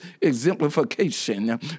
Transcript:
exemplification